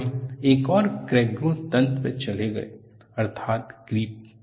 फिर हम एक और क्रैक ग्रोथ तंत्र पर चले गए अर्थात् क्रीप